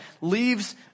leaves